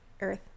Earth